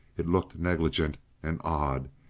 it looked negligent and odd,